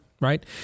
right